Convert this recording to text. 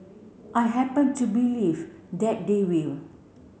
I happen to believe that they will